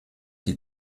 die